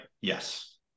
yes